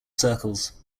circles